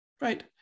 Right